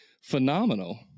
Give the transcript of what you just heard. phenomenal